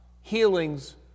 healings